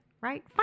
right